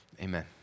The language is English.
Amen